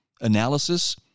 analysis